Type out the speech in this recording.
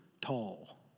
tall